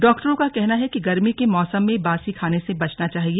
डॉक्टरों का कहना है कि गर्मी के मौसम में बासी खाने से बचना चाहिए